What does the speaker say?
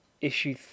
issue